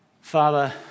Father